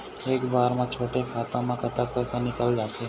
एक बार म छोटे खाता म कतक पैसा निकल जाथे?